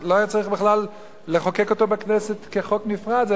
שלא היה צריך בכלל לחוקק אותו בכנסת כחוק נפרד,